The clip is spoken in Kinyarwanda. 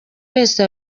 wese